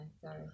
Sorry